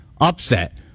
upset